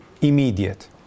immediate